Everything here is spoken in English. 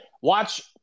Watch